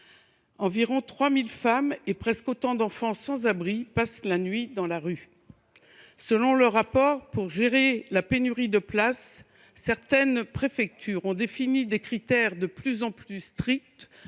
environ 3 000 femmes et presque autant d’enfants sans abri passent la nuit dans la rue. Le rapport d’information indique que, pour gérer la pénurie de places, certaines préfectures ont défini des critères de plus en plus stricts